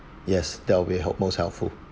yes that will be help most helpful